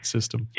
system